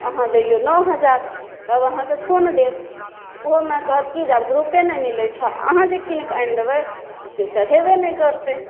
अहाँ दियौ नओ हजार तब अहाँके खून देत ओहोमे कहत कि जे आब ग्रुपे नहि मिलै छऽ अहाँ जे कीनके आनि देबै तऽ से चढ़ेबे नहि करतै